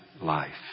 life